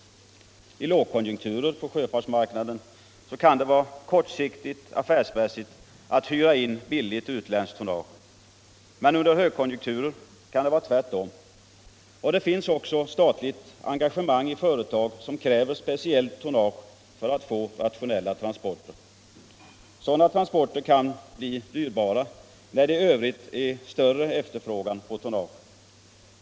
Under lågkonjunkturer på sjöfartsmarknaden kan det på kort sikt vara affärsmässigt att hyra in billigt utländskt tonnage, men under högkonjunkturer kan det vara tvärtom. Det finns också statligt engagemang i företag som kräver speciellt tonnage för att få rationella transporter. Sådana transporter kan bli dyrbara när det i övrigt är större efterfrågan på tonnage.